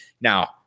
Now